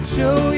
Show